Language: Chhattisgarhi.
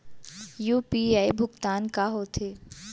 यू.पी.आई भुगतान का होथे?